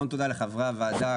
המון תודה לחברי הוועדה,